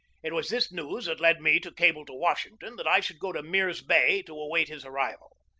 it was this news that led me to cable to washington that i should go to mirs bay to await his arrival.